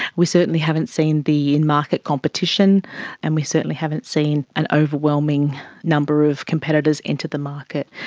we certainly haven't seen the in-market competition and we certainly haven't seen an overwhelming number of competitors into the market.